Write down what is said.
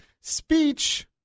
speech